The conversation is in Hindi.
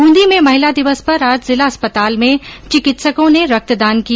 बुंदी में महिला दिवस पर आज जिला अस्पताल में चिकित्सकों ने रक्तदान किया